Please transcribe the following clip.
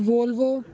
Volvo